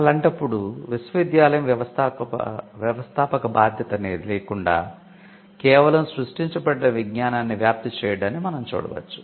అలాంటప్పుడు విశ్వవిద్యాలయం వ్యవస్థాపక బాధ్యత అనేది లేకుండా కేవలం 'సృష్టించబడిన విజ్ఞానాన్ని వ్యాప్తి చేయడా'న్ని మనం చూడవచ్చు